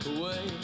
Away